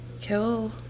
kill